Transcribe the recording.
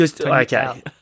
Okay